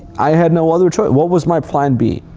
i had no other choice. what was my plan b?